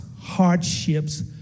hardships